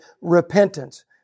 repentance